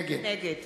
נגד